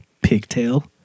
pigtail